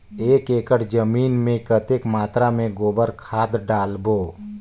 एक एकड़ जमीन मे कतेक मात्रा मे गोबर खाद डालबो?